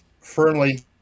firmly